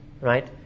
right